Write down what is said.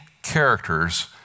characters